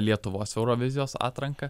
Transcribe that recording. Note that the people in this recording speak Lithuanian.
lietuvos eurovizijos atranka